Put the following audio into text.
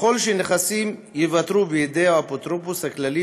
ככל שנכסים ייוותרו בידי האפוטרופוס הכללי